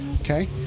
Okay